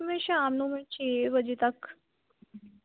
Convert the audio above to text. ਮੈਂ ਸ਼ਾਮ ਨੂੰ ਮੈਂ ਛੇ ਵਜੇ ਤੱਕ